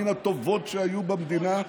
מן הטובות שהיו במדינה,